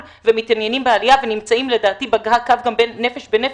ומתעניינים בעלייה לדעתי גם "נפש בנפש",